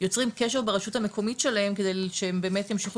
יוצרים קשר ברשות המקומית שלהם כדי שהם באמת ימשיכו